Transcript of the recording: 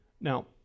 Now